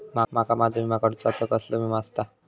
माका माझो विमा काडुचो असा तर कसलो विमा आस्ता?